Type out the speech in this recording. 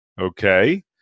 okay